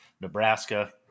Nebraska